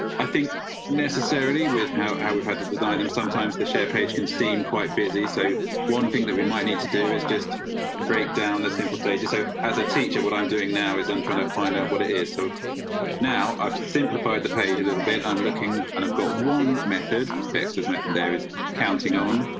i think necessarily with how how we had to design them. sometimes the share page can seem quite busy, so one thing that we might need to do is just breakdown the simple stages. so as a teacher, what i'm doing now is i'm trying to find out what it is, so now i've simplified the page a little bit. i'm looking and i've got one method. dexter's method there is counting on,